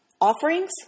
offerings